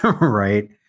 right